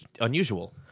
unusual